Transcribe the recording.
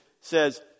says